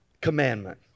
commandment